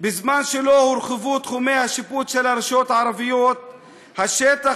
לטובת צורכי הציבור, האדמה היא ערבית והציבור הוא